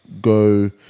go